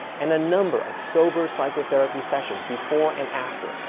and a number of sober psychotherapy sessions before and after,